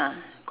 ah